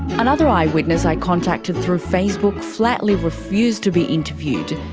another eyewitness i contacted through facebook flatly refused to be interviewed,